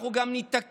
אנחנו גם נתעקש,